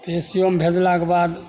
आई C U मे भेजलाके बाद